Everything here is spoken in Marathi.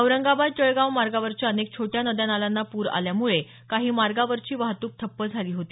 औरंगाबाद जळगाव मार्गावरच्या अनेक छोट्या नद्या नाल्यांना प्र आल्यामुळे काही मार्गांवरची वाहतुक ठप्प झाली होती